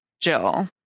Jill